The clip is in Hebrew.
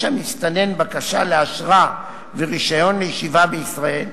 המסתנן בקשה לאשרה ורשיון לישיבה בישראל,